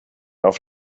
auf